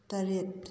ꯇꯔꯦꯠ